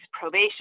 probation